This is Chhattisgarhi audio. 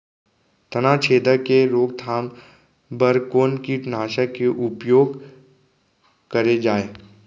तनाछेदक के रोकथाम बर कोन कीटनाशक के उपयोग करे जाये?